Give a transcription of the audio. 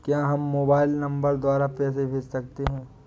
क्या हम mobile number द्वारा पैसे भेज सकते हैं?